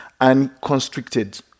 unconstricted